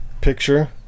picture